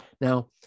Now